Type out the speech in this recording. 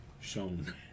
shown